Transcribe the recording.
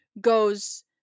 goes